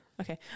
Okay